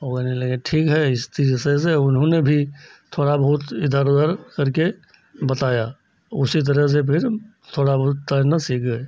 और कहने लगे ठीक है इस फिर ऐसे ऐसे उन्होंने भी थोड़ा बहुत इधर उधर करके बताया उसी तरह से फिर थोड़ा बहुत तैरना सीख गए